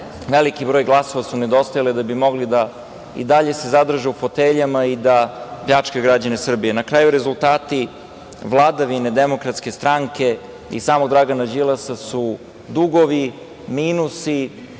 veliki broj glasova su nedostajali da bi mogli da se i dalje zadrže u foteljama i da pljačkaju građane Srbije. Na kraju, rezultati vladavine Demokratske stranke i samog Dragana Đilasa su dugovi, minusi,